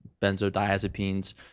Benzodiazepines